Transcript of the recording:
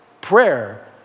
Prayer